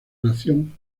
nación